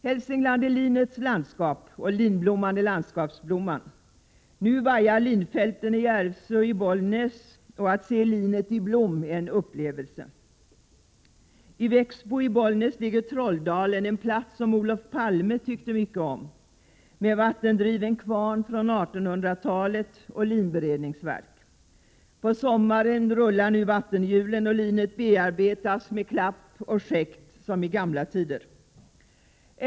Hälsingland är linets landskap, och linblomman är landskapsblomma. Nu vajar linfälten i Järvsö och i Bollnäs, och att se linet i blom är en upplevelse. I Växbo i Bollnäs ligger Trolldalen — en plats som Olof Palme tyckte mycket om —, med vattendriven kvarn från 1800-talet och linberedningsverk. På sommaren rullar vattenhjulen, och linet bearbetas med klapp och skäkt som i gamla tider.